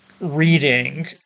reading